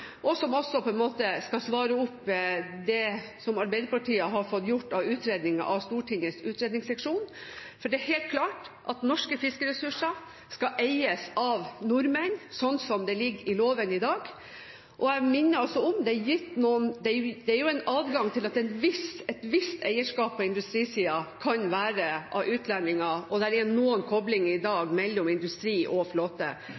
og som også på en måte skal svare på det som Arbeiderpartiet har fått utredet hos Stortingets utredningsseksjon. Det er helt klart at norske fiskeressurser skal eies av nordmenn, noe som ligger i loven i dag. Jeg minner om: Det er adgang til at et visst eierskap på industrisiden kan ligge hos utlendinger, og det er noen koblinger i dag mellom industri og flåte.